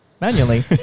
manually